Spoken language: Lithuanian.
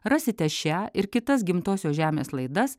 rasite šią ir kitas gimtosios žemės laidas